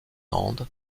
andes